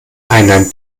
einer